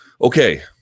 Okay